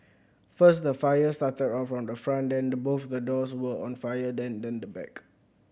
first the fire started of on the front then both the doors were on fire then then the back